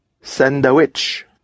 Sandwich